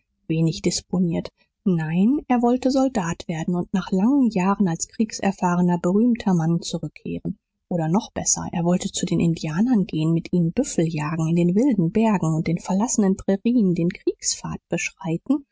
wenig disponiert nein er wollte soldat werden und nach langen jahren als kriegserfahrener berühmter mann zurückkehren oder noch besser er wollte zu den indianern gehen mit ihnen büffel jagen in den wilden bergen und den verlassenen prärien den kriegspfad beschreiten